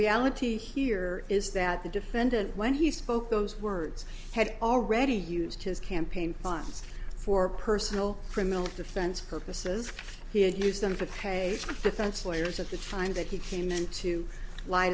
reality here is that the defendant when he spoke those words had already used his campaign funds for personal criminal defense purposes he had used them for pay defense lawyers at the time that he came into li